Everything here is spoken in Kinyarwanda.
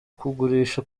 kugurisha